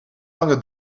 lange